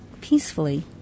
peacefully